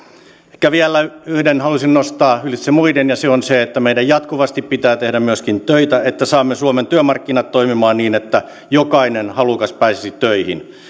ehkä vielä yhden haluaisin nostaa ylitse muiden ja se on se että meidän jatkuvasti pitää tehdä myöskin töitä että saamme suomen työmarkkinat toimimaan niin että jokainen halukas pääsisi töihin